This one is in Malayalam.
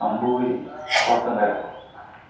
അമ്പൂരി കൊളത്തുങ്കര